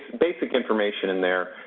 basic information in there.